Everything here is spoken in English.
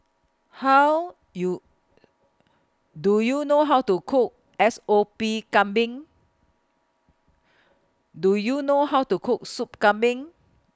How YOU Do YOU know How to Cook S O P Kambing Do YOU know How to Cook Sop Kambing